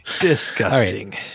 Disgusting